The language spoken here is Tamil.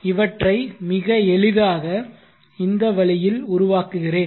இவற்றை மிக எளிதாக இந்த வழியில் உருவாக்குகிறேன்